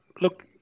Look